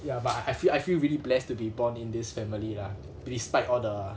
ya but I I feel I feel really blessed to be born in this family lah despite all the